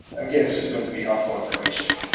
again, it's just meant to be helpful information.